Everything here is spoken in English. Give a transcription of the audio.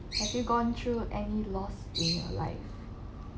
have you gone through any loss in your life